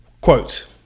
Quote